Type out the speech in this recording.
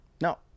No